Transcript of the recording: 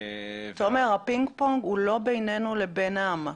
הפינג פונג הוא לא בינינו לבינם.